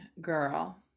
girl